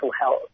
health